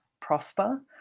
prosper